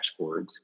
dashboards